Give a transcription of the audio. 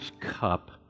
cup